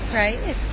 right